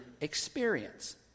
experience